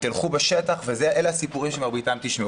תלכו בשטח אלה מרבית הסיפורים שתשמעו.